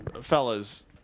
fellas